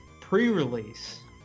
pre-release